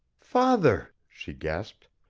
father! she gasped.